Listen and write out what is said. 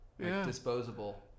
Disposable